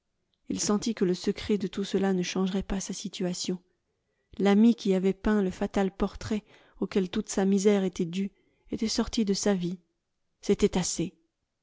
il sentit que le secret de tout cela ne changerait pas sa situation l'ami qui avait peint le fatal portrait auquel toute sa misère était due était sorti de sa vie c'était assez